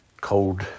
cold